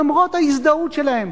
למרות ההזדהות שלהם.